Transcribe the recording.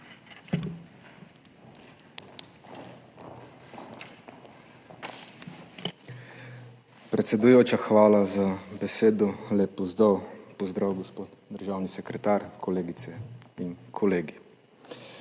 Predsedujoča, hvala za besedo. Lep pozdrav, gospod državni sekretar, kolegice in kolegi!